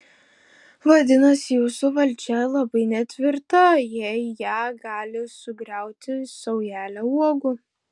vadinasi jūsų valdžia labai netvirta jei ją gali sugriauti saujelė uogų